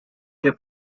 que